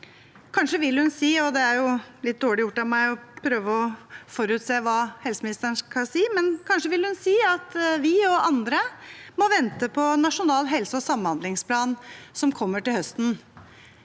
skal si – at vi og andre må vente på Nasjonal helse- og samhandlingsplan, som kommer til høsten.